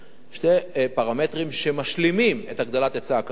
שני פרמטרים שמשלימים את הגדלת היצע הקרקעות,